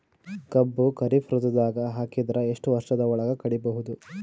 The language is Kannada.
ಕಬ್ಬು ಖರೀಫ್ ಋತುದಾಗ ಹಾಕಿದರ ಎಷ್ಟ ವರ್ಷದ ಒಳಗ ಕಡಿಬಹುದು?